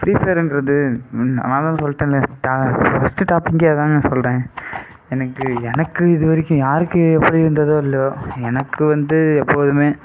ஃப்ரீஃபயருன்றது நான்தான் சொல்லிட்டன்ல நான் ஃபஸ்ட்டு டாப்பிக்கே அதாங்க சொல்கிறேன் எனக்கு எனக்கு இது வரைக்கும் யாருக்கு எப்படி இருந்ததோ இல்லையோ எனக்கு வந்து எப்போதும்